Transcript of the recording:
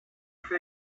face